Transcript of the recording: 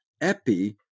epi